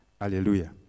Hallelujah